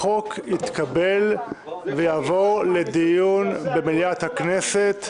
החוק התקבל ויעבור לדיון במליאת הכנסת.